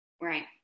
Right